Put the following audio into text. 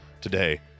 today